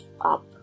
up